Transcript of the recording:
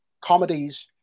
comedies